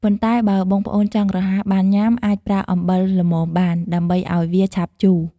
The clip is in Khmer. ប៉ុន្តែបើបងប្អូនចង់រហ័សបានញុំា អាចប្រើអំបិលល្មមបាន ដើម្បីឱ្យវាឆាប់ជូរ។